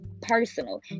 personal